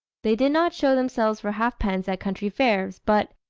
they did not show themselves for half-pence at country fairs but,